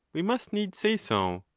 we must needs say so.